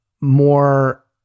more